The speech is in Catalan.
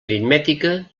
aritmètica